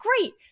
great